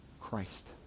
Christ